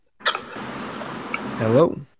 Hello